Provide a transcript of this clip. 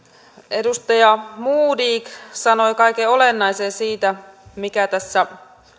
edustaja modig sanoi kaiken olennaisen siitä mikä tässä